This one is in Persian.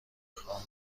خوام